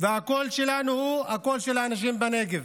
הקול שלנו הוא הקול של האנשים בנגב.